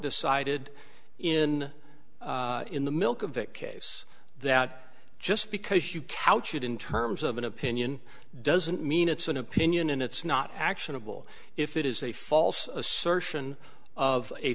decided in in the milk of vick case that just because you couch it in terms of an opinion doesn't mean it's an opinion and it's not actionable if it is a false assertion of a